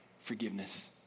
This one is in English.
forgiveness